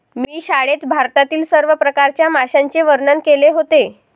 मी शाळेत भारतातील सर्व प्रकारच्या माशांचे वर्णन केले होते